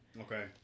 Okay